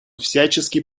всячески